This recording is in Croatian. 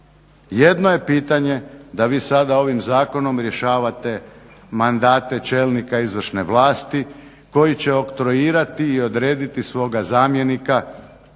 Jedno je pitanje da vi sada ovim zakonom rješavate mandate čelnika izvršne vlasti koji će oktroirati i odrediti svoga zamjenika,